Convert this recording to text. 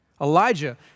Elijah